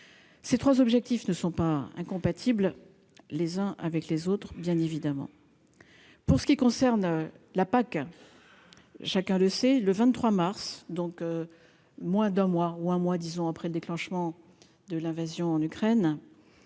ces 3 objectifs, ne sont pas incompatibles les uns avec les autres, bien évidemment, pour ce qui concerne la PAC, chacun le sait, le 23 mars donc moins d'un mois ou un mois, disons après le déclenchement de l'invasion en Ukraine,